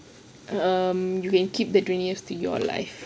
um you can keep that twenty years to your life